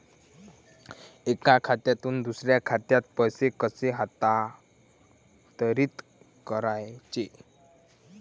एका खात्यातून दुसऱ्या खात्यात पैसे कसे हस्तांतरित करायचे